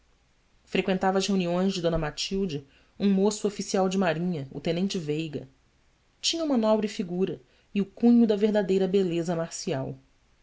freqüentava as reuniões de d matilde um moço oficial de marinha o tenente veiga tinha uma nobre figura e o cunho da verdadeira beleza marcial